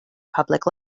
public